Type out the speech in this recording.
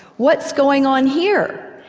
what's going on here?